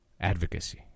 Advocacy